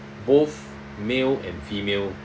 both male and female